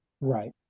right